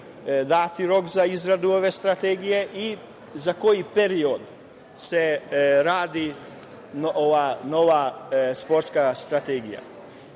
dati rok za izradu ove strategije i za koji period se radi ova nova sportska strategija? Zašto